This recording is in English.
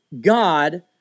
God